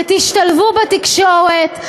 ותשתלבו בתקשורת.